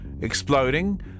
Exploding